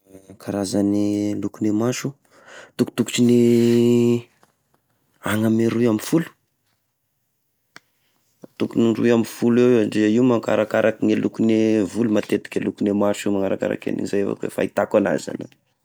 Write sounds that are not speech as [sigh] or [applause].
[hesitation] Karazagny lokon'ny maso tokotokotry ny agny amy roy amby folo, tokony roy amby folo eo de io manko arakaraka ny lokogn'ny volo matetika lokon'ny maso, arakarak'izay avao koa fahitako agnazy segna.